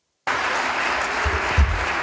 Hvala